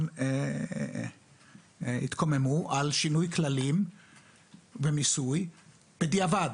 התקוממו על שינוי כללים במיסוי בדיעבד,